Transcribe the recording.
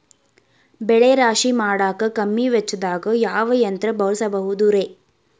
ಬೆಳೆ ರಾಶಿ ಮಾಡಾಕ ಕಮ್ಮಿ ವೆಚ್ಚದಾಗ ಯಾವ ಯಂತ್ರ ಬಳಸಬಹುದುರೇ?